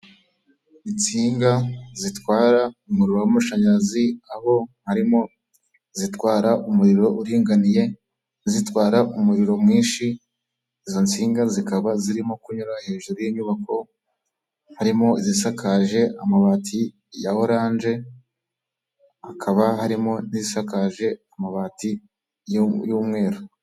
Insinga zitwara umuriro w'amashanyarazi abo harimo iziitwara umuriro uringaniye, izitwara umuriro mwinshi izo nsinga zikaba zirimo kunyura hejuru y'inyubako harimo zisakaje amabati ya orange hakaba harimo n'isakaje amabati y'umweru.